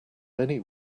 many